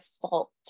fault